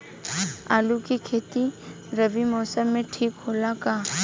आलू के खेती रबी मौसम में ठीक होला का?